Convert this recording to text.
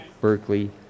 Berkeley